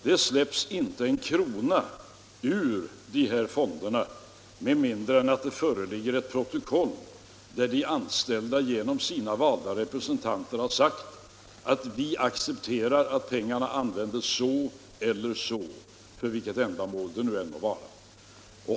Det släpps inte en krona ur dessa fonder med mindre än att det föreligger ett protokoll där de anställda genom sina valda representanter har sagt att de accepterar att pengarna används så eller så — vilket ändamål det än må vara.